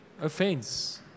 offense